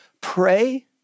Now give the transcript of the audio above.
pray